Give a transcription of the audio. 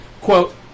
Quote